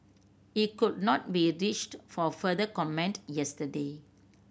he could not be reached for further comment yesterday